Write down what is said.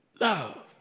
love